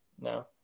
No